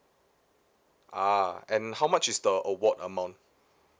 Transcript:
ah and how much is the award amount